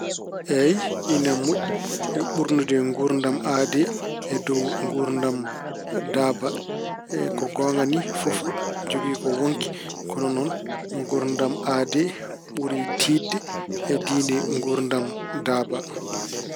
Eey, ina moƴƴi ɓurnude nguurdam aade e dow nguurdam daaba. Ko goonga ni fof jogii ko wonki kono noon nguurdam aade ɓuri tiiɗde e diine nguurdam daaba.